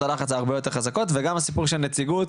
הלחץ ההרבה יותר חזקות וגם הסיפור של נציגות,